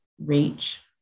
reach